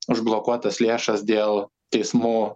užblokuotas lėšas dėl teismų